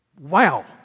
Wow